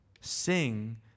Sing